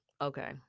okay